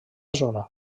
zona